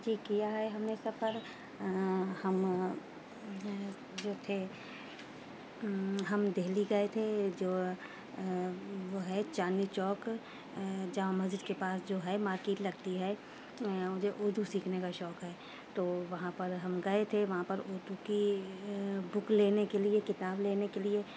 جی کیا ہے ہم نے سفر ہم جو تھے ہم دہلی گئے تھے جو وہ ہے چاندنی چوک جامع مسجد کے پاس جو ہے مارکیٹ لگتی ہے مجھے اردو سیکھنے کا شوق ہے تو وہاں پر ہم گئے تھے وہاں پر اردو کی بک لینے کے لیے کتاب لینے کے لیے